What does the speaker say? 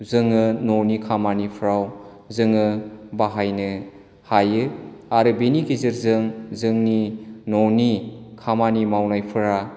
जोङो न'नि खामानिफोराव जोङो बाहायनो हायो आरो बेनि गेजेरजों जोंनि न'नि खामानि मावनायफोरा